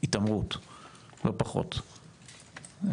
לא פחות,